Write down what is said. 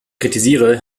kritisiere